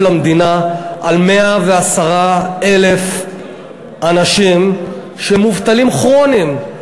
המדינה על 110,000 אנשים שהם מובטלים כרוניים,